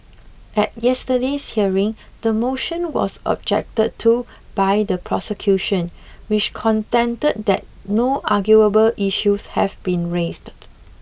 at yesterday's hearing the motion was objected to by the prosecution which contended that no arguable issues have been raised